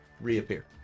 reappear